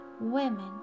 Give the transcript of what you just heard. women